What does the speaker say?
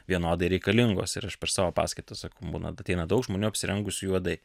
vienodai reikalingos ir aš per savo paskaitas sakau būna ateina daug žmonių apsirengusių juodai